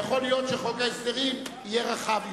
שיכול להיות שחוק ההסדרים יהיה רחב יותר.